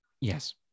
yes